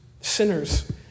sinners